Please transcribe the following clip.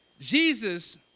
Jesus